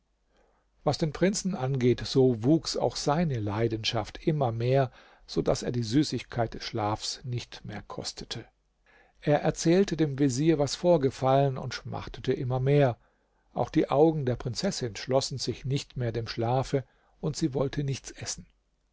was den prinzen angeht so wuchs auch seine leidenschaft immer mehr so daß er die süßigkeit des schlafs nicht mehr kostete er erzählte dem vezier was vorgefallen und schmachtete immer mehr auch die augen der prinzessin schlossen sich nicht mehr dem schlafe und sie wollte nichts essen